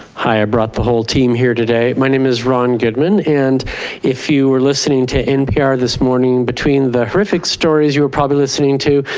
hi i brought the whole team here today. my name is ron goodman and if you were listening to npr this morning between the horrific stories you were probably listening to,